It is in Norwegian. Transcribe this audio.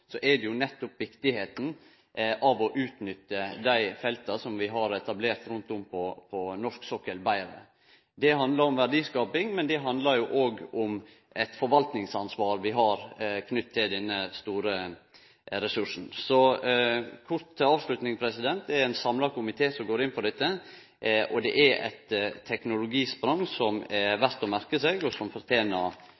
er det jo nettopp viktigheita av å utnytte dei felta som vi har etablert rundt om på norsk sokkel, betre. Det handlar om verdiskaping, men det handlar òg om eit forvaltingsansvar vi har, knytt til denne store ressursen. Så kort – til avslutning: Det er ein samla komité som går inn for dette, og det er eit teknologisprang som er